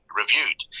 reviewed